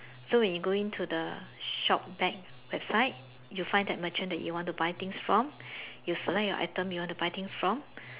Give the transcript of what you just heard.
so when you go in to the shop back website you find that merchant that you want to buy things from you select your items you want to buy things from